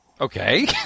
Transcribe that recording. Okay